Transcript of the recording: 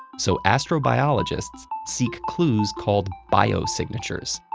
so astrobiologists seek clues called biosignatures.